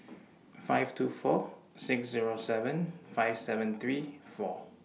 five two four six Zero seven five seven three four